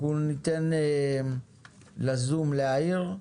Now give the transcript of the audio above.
אנחנו ניתן לאנשים בזום להעיר.